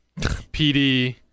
PD